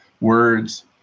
words